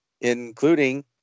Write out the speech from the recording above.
including